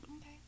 Okay